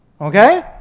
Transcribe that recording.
Okay